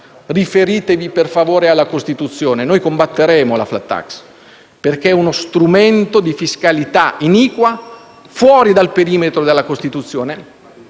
riferitevi per favore alla Costituzione. Noi combatteremo la *flat tax*, perché è uno strumento di fiscalità iniqua, fuori dal perimetro della Costituzione.